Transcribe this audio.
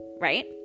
Right